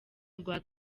rwa